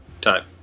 Time